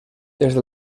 desde